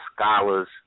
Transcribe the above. scholars